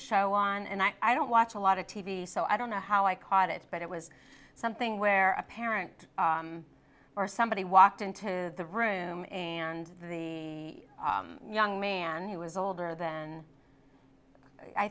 show on and i don't watch a lot of t v so i don't know how i caught it but it was something where a parent or somebody walked into the room and the young man who was older